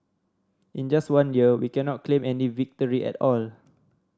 in just one year we cannot claim any victory at all